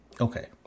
Okay